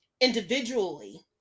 individually